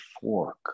fork